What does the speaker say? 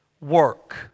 work